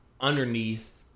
underneath